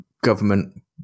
government